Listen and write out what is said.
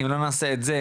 אם לא נעשה את 'זה',